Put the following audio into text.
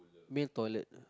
male toilet